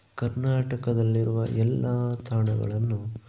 ಕರ್ನಾಟಕದಲ್ಲಿರುವ ಎಲ್ಲ ತಾಣಗಳನ್ನು